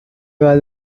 was